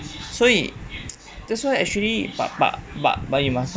所以 that's why actually but but but but you must